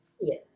Yes